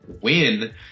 win